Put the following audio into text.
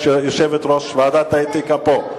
יושבת-ראש ועדת האתיקה פה.